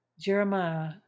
Jeremiah